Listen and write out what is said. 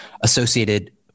associated